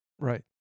Right